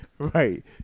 Right